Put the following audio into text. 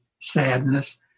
sadness